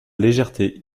légèreté